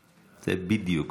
זה בדיוק.